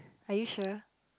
are you sure